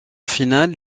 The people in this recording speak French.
finale